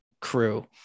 crew